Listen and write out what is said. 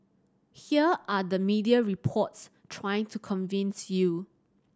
here are the media reports trying to convince you